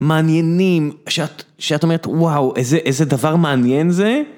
מעניינים, שאת אומרת, וואו, איזה דבר מעניין זה.